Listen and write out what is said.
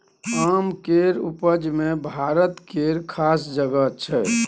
आम केर उपज मे भारत केर खास जगह छै